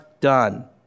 done